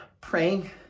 praying